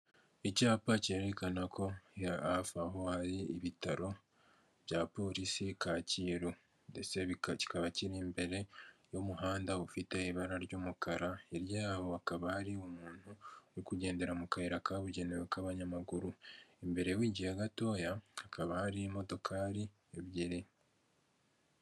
Icyapa cyerekana ko ya hafi aho hari ibitaro bya polisi kacyiru ndetse kikaba kiri imbere y'umuhanda ufite ibara ry'umukara, hirya yaho hakaba hari umuntu uri kugendera mu kayira kabugenewe k'abanyamaguru, imbere wigiye gatoya hakaba hari imodokari ebyiri.